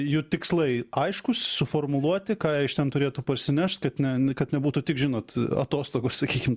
jų tikslai aiškūs suformuluoti ką iš ten turėtų parsinešt kad ne kad nebūtų tik žinot atostogos sakykim